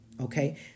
okay